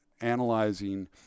analyzing